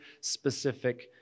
specific